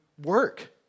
work